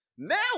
Now